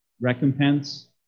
recompense